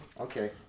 Okay